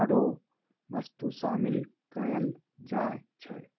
आउरो वस्तु शामिल कयल जाइ छइ